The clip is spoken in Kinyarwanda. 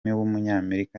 w’umunyamerika